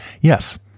Yes